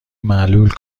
معلول